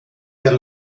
wir